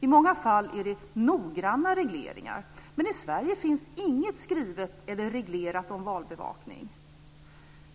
I många fall är det noggranna regleringar. Men i Sverige finns inget skrivet eller reglerat om valbevakning.